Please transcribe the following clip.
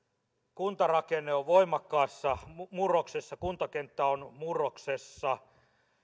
kuntarakenne on voimakkaassa murroksessa kuntakenttä on murroksessa